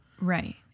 Right